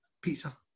pizza